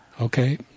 Okay